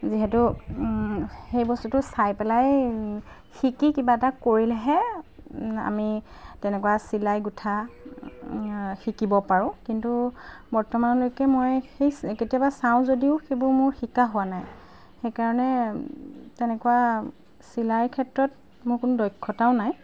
যিহেতু সেই বস্তুটো চাই পেলাই শিকি কিবা এটা কৰিলেহে আমি তেনেকুৱা চিলাই গোঠা শিকিব পাৰোঁ কিন্তু বৰ্তমানলৈকে মই সেই কেতিয়াবা চাওঁ যদিও সেইবোৰ মোৰ শিকা হোৱা নাই সেইকাৰণে তেনেকুৱা চিলাইৰ ক্ষেত্ৰত মোৰ কোনো দক্ষতাও নাই